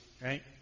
right